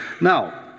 Now